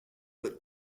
but